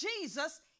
Jesus